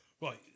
Right